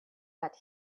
but